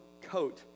coat